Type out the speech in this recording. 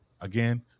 Again